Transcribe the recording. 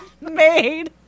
made